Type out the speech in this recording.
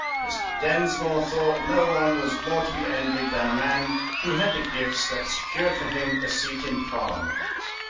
mr. densmore thought no one was more to be envied than a man who had the gifts that secured for him a seat in parliament.